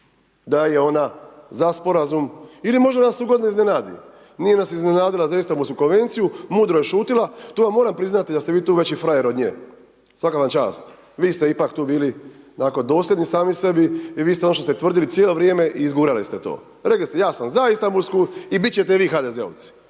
da je ona za sporazum, ili možda nas ugodno iznenadi. Nije nas iznenadila za Istanbulsku konvenciju, mudro je šutila, tu vam moram priznati da ste vi tu veći frajer od nje, svaka vam čast. Vi ste ipak tu bili onako dosljedni sami sebi i vi ste ono što ste tvrdili cijelo vrijeme i izgurali ste to. Rekli ste, ja sam za Istanbulsku i biti ćete vi HDZ-ovci.